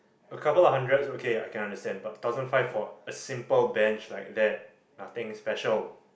a couple of hundreds okay I can understand but thousand five for a simple bench like that nothing special